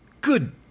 good